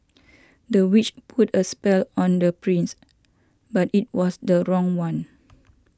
the witch put a spell on the prince but it was the wrong one